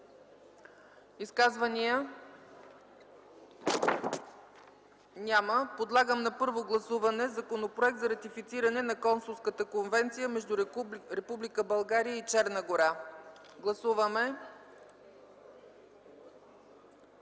Изказвания? Няма. Подлагам на първо гласуване Законопроект за ратифициране на Консулската конвенция между Република България и Черна гора. Гласували